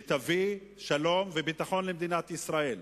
שתביא שלום וביטחון למדינת ישראל.